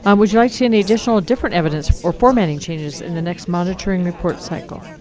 um would you like to see any additional different evidence or formatting changes in the next monitoring report cycle?